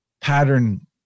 pattern